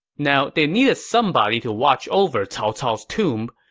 now, they needed somebody to watch over cao cao's tomb,